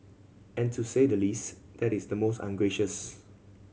and to say the least that is the most ungracious